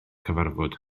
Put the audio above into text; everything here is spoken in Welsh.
cyfarfod